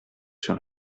sur